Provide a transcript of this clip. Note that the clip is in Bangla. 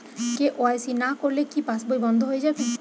কে.ওয়াই.সি না করলে কি পাশবই বন্ধ হয়ে যাবে?